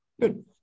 Good